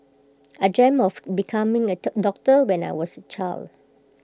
I dreamt of becoming A dot doctor when I was A child